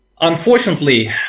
Unfortunately